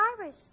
Irish